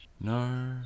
No